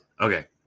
Okay